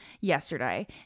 yesterday